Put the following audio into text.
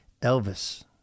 Elvis